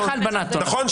נכון?